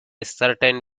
certain